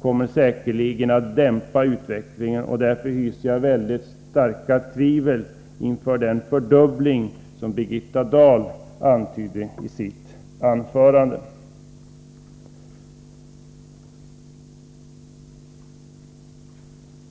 kommer säkerligen att dämpa utvecklingen, och därför hyser jag mycket starka tvivel inför den fördubbling som Birgitta Dahl antydde i sitt anförande.